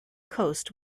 coast